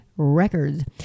records